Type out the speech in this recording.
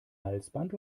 halsband